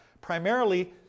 Primarily